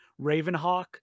Ravenhawk